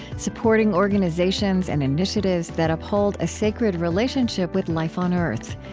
supporting organizations and initiatives that uphold a sacred relationship with life on earth.